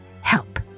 help